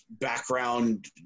background